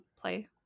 play